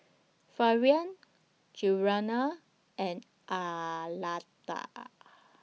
Florian Giana and Arletta